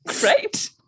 Great